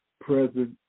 present